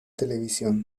televisión